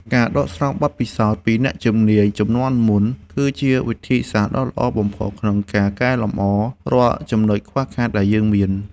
ការដកស្រង់បទពិសោធន៍ពីអ្នកជំនាញជំនាន់មុនគឺជាវិធីសាស្ត្រដ៏ល្អបំផុត ក្នុងការកែលម្អរាល់ចំណុចខ្វះខាតដែលយើងមាន។